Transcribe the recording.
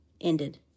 ended